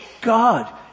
God